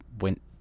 went